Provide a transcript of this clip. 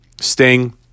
sting